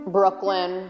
Brooklyn